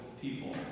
people